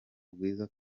bwiza